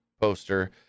poster